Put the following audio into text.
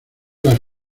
las